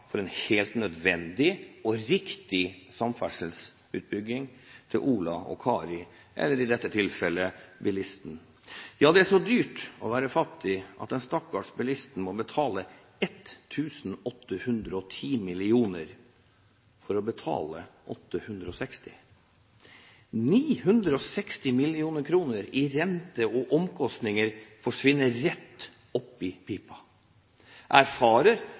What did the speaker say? for en helt nødvendig og riktig samferdselsutbygging til Ola og Kari – i dette tilfellet bilisten. Det er så dyrt å være fattig at den stakkars bilisten må betale 1 810 mill. kr for å betale 860 mill. kr. 960 mill. kr i renter og omkostninger forsvinner rett opp i pipa. Jeg erfarer